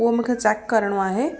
उहो मूंखे चैक करिणो आहे